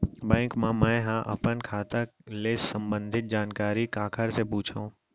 Bank मा मैं ह अपन खाता ले संबंधित जानकारी काखर से पूछव?